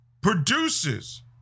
produces